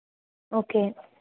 okay